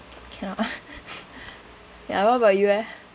cannot ah ya what about you leh